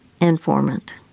informant